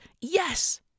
yes